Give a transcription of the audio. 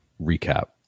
recap